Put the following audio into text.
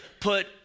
put